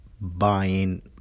buying